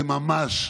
זה ממש,